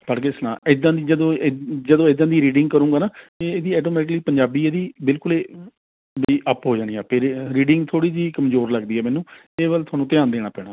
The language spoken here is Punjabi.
ਪੜ੍ਹਕੇ ਸੁਣਾ ਇੱਦਾਂ ਦੀ ਜਦੋਂ ਜਦੋਂ ਇੱਦਾਂ ਦੀ ਰੀਡਿੰਗ ਕਰੇਗਾ ਨਾ ਅਤੇ ਇਹਦੀ ਆਟੋਮੈਟਿਕ ਪੰਜਾਬੀ ਇਹਦੀ ਬਿਲਕੁਲ ਇਹ ਵੀ ਅੱਪ ਹੋ ਜਾਣੀ ਹੈ ਅਤੇ ਰੀਡਿੰਗ ਥੋੜ੍ਹੀ ਜਿਹੀ ਕਮਜ਼ੋਰ ਲੱਗਦੀ ਹੈ ਮੈਂਨੂੰ ਇਹਦੇ ਵੱਲ ਤੁਹਾਨੂੰ ਧਿਆਨ ਦੇਣਾ ਪੈਣਾ